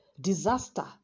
Disaster